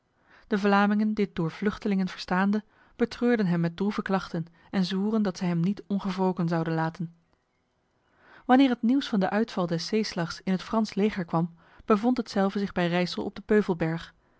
de vlamingen dit door vluchtelingen verstaande betreurden hem met droeve klachten en zwoeren dat zij hem niet ongewroken zouden laten wanneer het nieuws van de uitval des zeeslags in het frans leger kwam bevond hetzelve zich bij rijsel op de